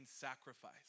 sacrifice